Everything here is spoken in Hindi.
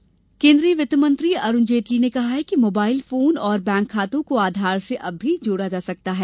जेटली बयान केन्द्रीय वित्त मंत्री अरुण जेटली ने कहा है कि मोबाइल फोन और बैंक खातों को आधार से अब भी जोड़ा जा सकता है